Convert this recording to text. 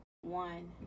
One